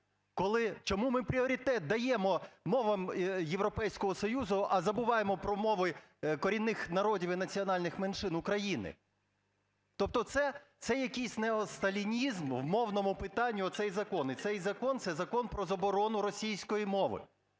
Чому ми пріоритет даємо мовам Європейського Союзу, а забуваємо про мови корінних народів і національних меншин України? Тобто це якийсь неосталінізм в мовному питанні – оцей закон. І цей закон – це закон про заборону російської мови.